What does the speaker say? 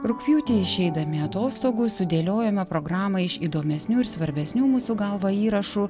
rugpjūtį išeidami atostogų sudėliojome programą iš įdomesnių ir svarbesnių mūsų galva įrašų